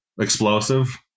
explosive